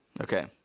Okay